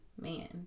man